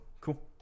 cool